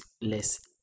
less